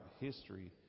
history